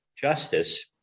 justice